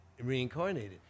reincarnated